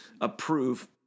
approve